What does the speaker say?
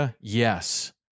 yes